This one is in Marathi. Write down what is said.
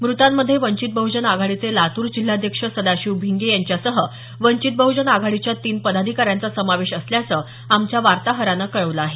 मृतांमध्ये वंचित बहुजन आघाडीचे लातूर जिल्हाध्यक्ष सदाशिव भिंगे यांच्यासह वंचित बहजन आघाडीच्या तीन पदाधिकाऱ्यांचा समावेश असल्याचं आमच्या वार्ताहरानं कळवलं आहे